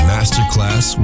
Masterclass